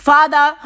Father